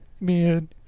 Man